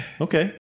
okay